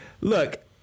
Look